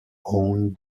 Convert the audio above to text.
own